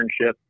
internship